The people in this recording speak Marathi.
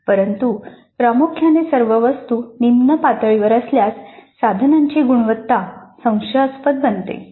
परंतु प्रामुख्याने सर्व वस्तू निम्न पातळीवर असल्यास साधनांची गुणवत्ता संशयास्पद बनते